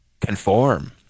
conform